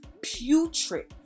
putrid